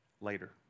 later